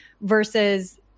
versus